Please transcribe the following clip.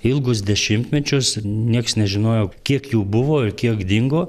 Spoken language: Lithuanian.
ilgus dešimtmečius nieks nežinojo kiek jų buvo i kiek dingo